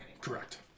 Correct